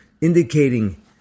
indicating